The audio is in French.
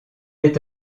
est